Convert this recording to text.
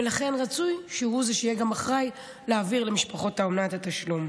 ולכן רצוי שהוא זה שיהיה אחראי להעביר למשפחות האומנה את התשלום.